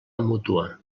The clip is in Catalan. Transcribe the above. mútua